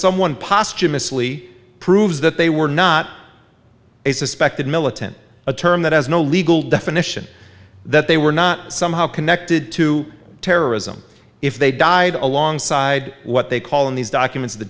someone posthumously proves that they were not a suspected militant a term that has no legal definition that they were not somehow connected to terrorism if they died alongside what they call in these documents the